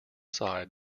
side